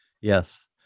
Yes